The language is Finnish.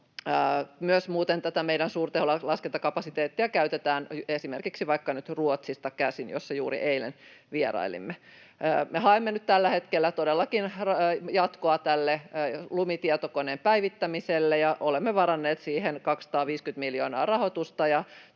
tarvitaan. Tätä meidän suurteholaskentakapasiteettia käytetään muuten myös esimerkiksi vaikka nyt Ruotsista käsin, jossa juuri eilen vierailimme. Me haemme nyt tällä hetkellä todellakin jatkoa tälle Lumi-tietokoneen päivittämiselle ja olemme varanneet siihen rahoitusta